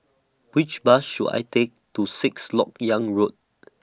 Which Bus should I Take to Sixth Lok Yang Road